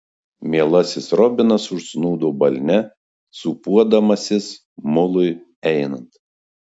mielasis robinas užsnūdo balne sūpuodamasis mului einant